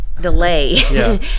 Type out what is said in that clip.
delay